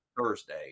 thursday